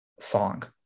song